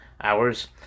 hours